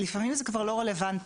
לפעמים זה כבר לא רלוונטי.